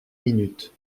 minutes